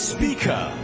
Speaker 。